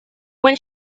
when